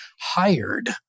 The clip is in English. hired